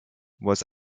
was